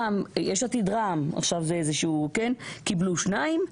אז יש עתיד ורע"ם קיבלו שניים,